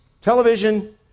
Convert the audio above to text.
television